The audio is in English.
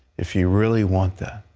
if you really want that.